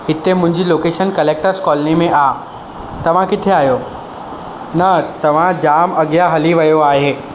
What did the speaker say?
हिते मुंहिंजी location collectors colony में आहे तव्हां किथे आहियो न तव्हां जाम अॻियां हली वियो आहे